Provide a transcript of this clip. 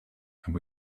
and